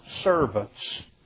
servants